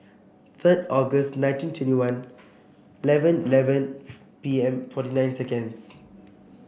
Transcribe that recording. third August nineteen twenty one eleven eleven P M forty nine seconds